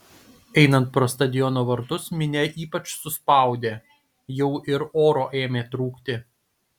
einant pro stadiono vartus minia ypač suspaudė jau ir oro ėmė trūkti